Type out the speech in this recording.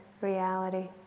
reality